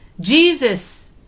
Jesus